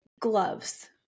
Gloves